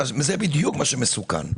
זה בדיוק מה שמסוכן.